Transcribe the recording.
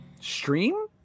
stream